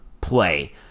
play